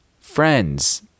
friends